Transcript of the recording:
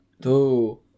two